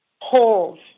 holes